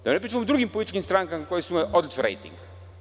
Da ne pričam o drugim političkim strankama koje su imale odličan rejting.